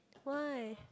why